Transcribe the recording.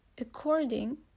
according